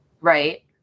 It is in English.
right